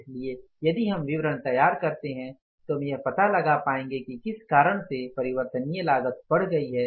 इसलिए यदि हम विवरण तैयार करते हैं तो हम यह पता लगा पाएंगे कि किस कारण से परिवर्तनीय लागत बढ़ गया है